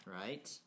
right